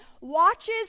watches